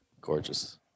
gorgeous